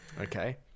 okay